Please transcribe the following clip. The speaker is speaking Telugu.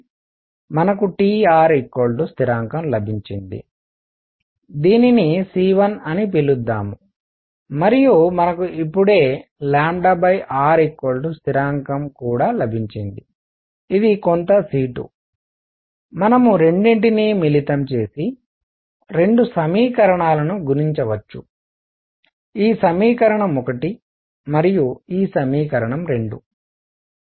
మనకు Tr స్థిరాంకం లభించింది దీన్ని c1 అని పిలుద్దాం మరియు మనకు ఇప్పుడే r స్థిరాంకం కూడా లభించింది ఇది కొంత c2 మనం రెండిటిని మిళితం చేసి రెండు సమీకరణాలను గుణించవచ్చు ఈ సమీకరణం 1 మరియు ఈ సమీకరణం 2